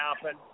happen